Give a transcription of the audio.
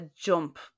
jump